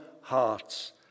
hearts